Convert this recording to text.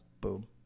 boom